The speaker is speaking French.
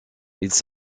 ils